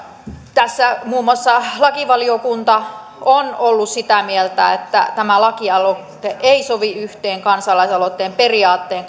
tässä muun muassa lakivaliokunta on ollut sitä mieltä että tämä lakialoite ei sovi yhteen kansalaisaloitteen periaatteen